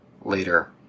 later